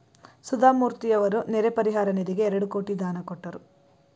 ಸುಧಾಮೂರ್ತಿಯವರು ನೆರೆ ಪರಿಹಾರ ನಿಧಿಗೆ ಎರಡು ಕೋಟಿ ದಾನ ಕೊಟ್ಟರು